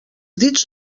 dits